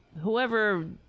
whoever